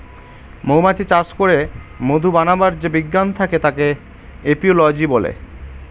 মৌমাছি চাষ করে মধু বানাবার যে বিজ্ঞান থাকে তাকে এপিওলোজি বলে